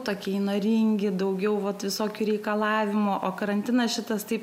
tokie įnoringi daugiau vat visokių reikalavimų o karantinas šitas taip